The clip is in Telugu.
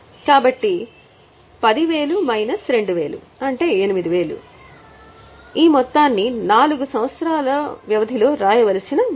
కాబట్టి 10000 మైనస్ 2000 అంటే 8000 అనేది 4 సంవత్సరాల వ్యవధిలో వ్రాయవలసిన విలువ